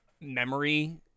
memory